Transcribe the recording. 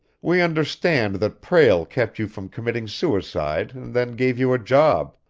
we understand that prale kept you from committing suicide and then gave you a job.